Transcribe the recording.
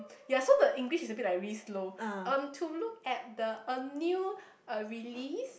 ya so the English is a bit like really slow um to look at the a new uh release